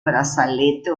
brazalete